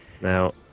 Now